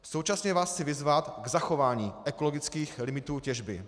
Současně vás chci vyzvat k zachování ekologických limitů těžby.